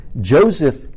Joseph